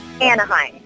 Anaheim